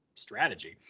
strategy